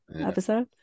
episode